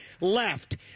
left